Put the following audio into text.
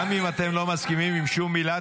גם אם אתם לא מסכימים עם שום מילה,